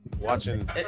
watching